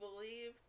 believed